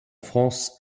france